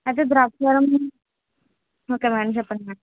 అయితే ద్రాక్షారామం నుంచి okay madam చెప్పండి మేడం